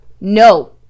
no